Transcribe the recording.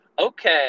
okay